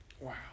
Wow